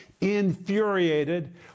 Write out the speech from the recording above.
infuriated